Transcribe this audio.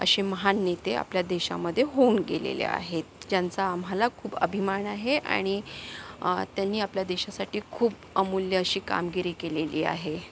असे महान नेते आपल्या देशामध्ये होऊन गेलेले आहेत ज्यांचा आम्हाला खूप अभिमान आहे आणि त्यांनी आपल्या देशासाठी खूप अमूल्य अशी कामगिरी केलेली आहे